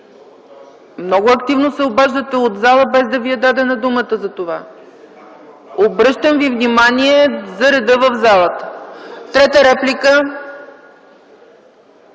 Много активно се обаждате от залата, без да Ви е дадена думата за това. Обръщам Ви внимание за реда в залата! Трета реплика?